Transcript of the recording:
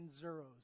zeros